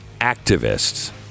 activists